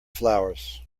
flowers